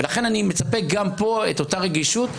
ולכן אני מצפה גם פה את אותה רגישות.